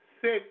six